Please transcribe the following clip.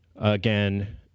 Again